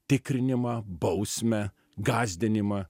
tikrinimą bausmę gąsdinimą